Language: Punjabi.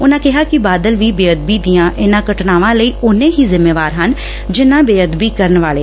ਉਨ੍ਹਾ ਕਿਹਾ ਕਿ ਬਾਦਲ ਵੀ ਬੇਅਦਬੀ ਦੀਆਂ ਇਨ੍ਹਾਂ ਘਟਨਾਵਾਂ ਲਈ ਉਨੇ ਹੀ ਜ਼ਿੰਮੇਵਾਰ ਨੇ ਜਿਨਾ ਬੇਅਦਬੀ ਕਰਨ ਵਾਲੇ